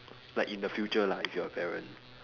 like in the future lah if you are a parent